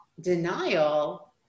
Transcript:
denial